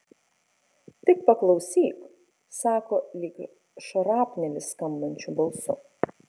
tik paklausyk sako lyg šrapnelis skambančiu balsu